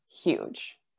huge